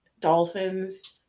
dolphins